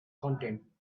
content